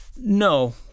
No